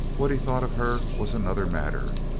what he thought of her was another matter.